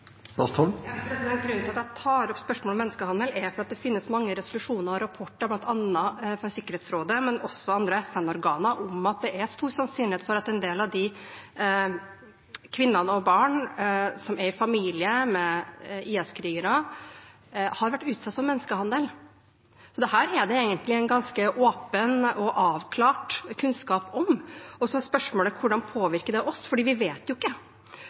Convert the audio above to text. Grunnen til at jeg tar opp spørsmålet om menneskehandel, er at det finnes mange resolusjoner og rapporter, bl.a. fra Sikkerhetsrådet og andre FN-organer, om at det er stor sannsynlighet for at en del av de kvinnene og barna som er i familie med IS-krigere, det har vært utsatt for menneskehandel. Dette er det egentlig en ganske åpen og avklart kunnskap om. Og så er spørsmålet hvordan det påvirker oss, for vi vet jo ikke